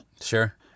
Sure